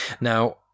Now